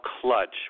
clutch